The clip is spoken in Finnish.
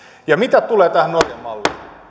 mitä tulee tähän norjan malliin